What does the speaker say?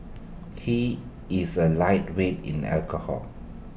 he is A lightweight in alcohol